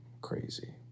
Crazy